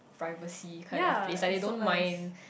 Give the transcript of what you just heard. privacy kind of a place like they don't mind